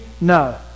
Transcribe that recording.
No